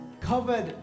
covered